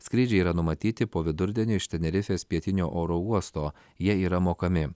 skrydžiai yra numatyti po vidurdienio iš tenerifės pietinio oro uosto jie yra mokami